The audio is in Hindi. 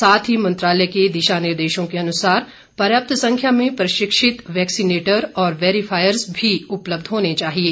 साथ ही मंत्रालय के दिशा निर्देशों के अनुसार पर्याप्त संख्या में प्रशिक्षित वैक्सीनेटर और वैरीफायर्ज़ भी उपलब्ध होने चाहिएं